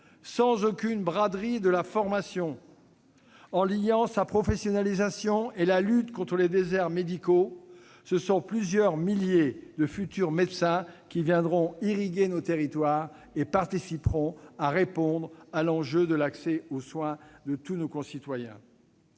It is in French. Sans brader la formation, en liant professionnalisation et lutte contre les déserts médicaux, ce sont plusieurs milliers de futurs médecins qui viendront irriguer nos territoires et participeront à relever le défi de l'accès aux soins pour tous nos concitoyens.